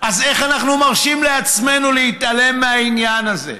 אז איך אנחנו מרשים לעצמנו להתעלם מהעניין הזה?